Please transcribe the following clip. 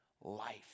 life